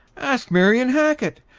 ask marian hacket,